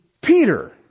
Peter